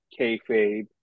kayfabe